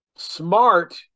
Smart